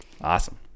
Awesome